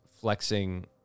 flexing